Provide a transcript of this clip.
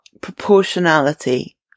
proportionality